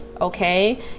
Okay